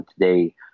today